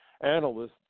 analysts